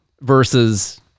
versus